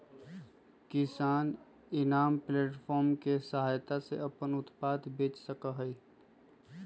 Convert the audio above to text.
किसान eNAM platform के सहायता से अपन उत्पाद बेच सका हई